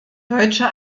deutsche